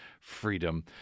freedom